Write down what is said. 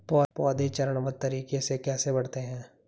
पौधे चरणबद्ध तरीके से कैसे बढ़ते हैं?